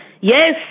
Yes